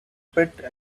pit